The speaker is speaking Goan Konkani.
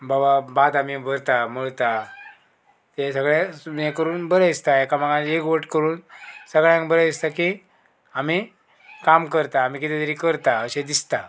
बाबा भात आमी भरता मळता तें सगळे हे करून बरें दिसता एकामेकान एकवोट करून सगळ्यांक बरें दिसता की आमी काम करता आमी कितें तरी करता अशें दिसता